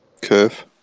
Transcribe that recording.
curve